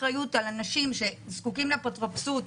אחריות על אנשים שזקוקים לאפוטרופסות,